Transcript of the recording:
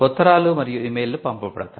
ఉత్తరాలు మరియు ఇమెయిల్లు పంపబడతాయి